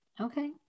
Okay